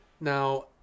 Now